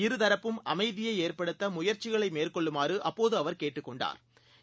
இரு தரப்பும் அமைதியைஏற்படுத்தமுயற்சிகளைமேற்கொள்ளுமாறுஅப்போதுஅவர் கேட்டுக் கொண்டாா்